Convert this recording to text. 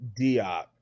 Diop